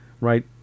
right